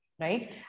right